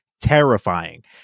terrifying